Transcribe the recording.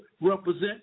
represent